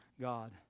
God